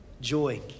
joy